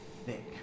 thick